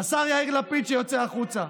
השר יאיר לפיד שיוצא החוצה.